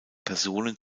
personen